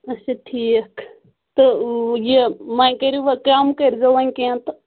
اچھا ٹھیٖک تہٕ یہِ وۄنۍ کٔرو کم کٔرۍ زیو وۄنۍ کینہہ تہٕ